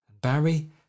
Barry